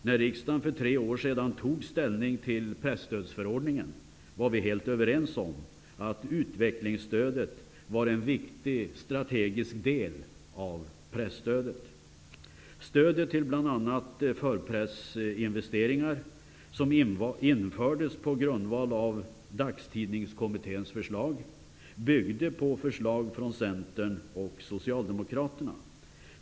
När riksdagen för tre år sedan tog ställning till presstödsförordningen var vi helt överens om att utvecklingsstödet var en viktig strategisk del av presstödet. Socialdemokraterna.